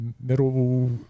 middle